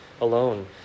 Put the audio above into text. alone